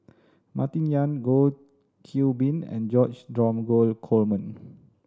Martin Yan Goh Qiu Bin and George Dromgold Coleman